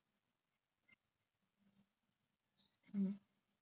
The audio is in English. buona vista that was the only nearest J_C [what] to mine